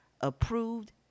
approved